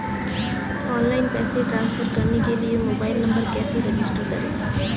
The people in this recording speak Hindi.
ऑनलाइन पैसे ट्रांसफर करने के लिए मोबाइल नंबर कैसे रजिस्टर करें?